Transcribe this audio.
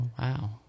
Wow